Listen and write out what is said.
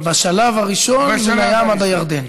בשלב הראשון מן הים עד הירדן.